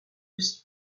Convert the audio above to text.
aussi